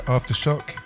Aftershock